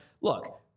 look—